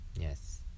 Yes